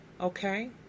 Okay